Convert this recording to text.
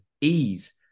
ease